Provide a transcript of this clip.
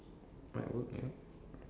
might work yup